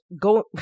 go